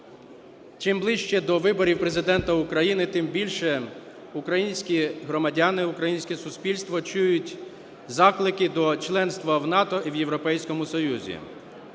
чим ближче до виборів Президента України, тим більше українські громадяни, українське суспільство чують заклики до членства в НАТО і в Європейському Союзі.